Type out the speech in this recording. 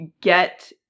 get